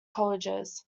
colleges